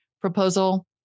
proposal